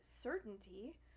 certainty